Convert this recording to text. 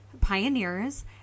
pioneers